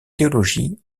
théologie